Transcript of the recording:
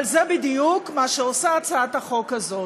אבל זה בדיוק מה שעושה הצעת החוק הזאת.